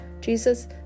Jesus